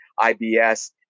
IBS